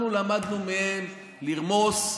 אנחנו למדנו מהם לרמוס,